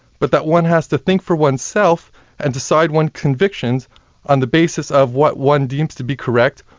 but that one has to think for oneself and decide one convictions on the basis of what one deems to be correct,